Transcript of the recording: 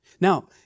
Now